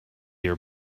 her